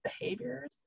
behaviors